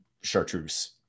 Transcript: chartreuse